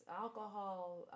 alcohol